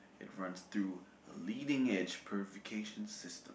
it runs through a leading edge purification system